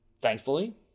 Thankfully